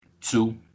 Two